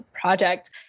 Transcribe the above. Project